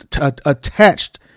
attached